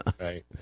Right